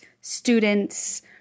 students